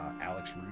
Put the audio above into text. Alex